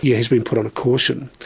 yeah he's been put on a caution.